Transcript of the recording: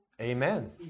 Amen